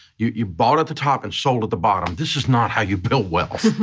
you you bought at the top and sold at the bottom. this is not how you build wealth.